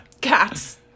Cats